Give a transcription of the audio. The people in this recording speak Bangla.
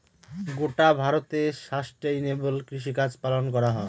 গোটা ভারতে সাস্টেইনেবল কৃষিকাজ পালন করা হয়